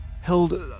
held